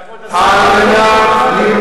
אדוני השר,